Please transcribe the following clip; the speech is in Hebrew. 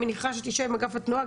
אני מניחה שתשב עם אגף התנועה.